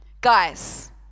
Guys